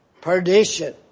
perdition